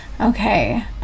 Okay